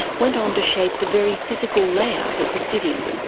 went on to shape the very physical layout of the city.